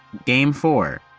game four!